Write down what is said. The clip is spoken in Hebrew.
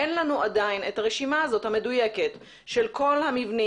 אין לנו עדיין את הרשימה המדויקת הזאת של כל המבנים,